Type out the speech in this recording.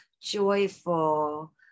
joyful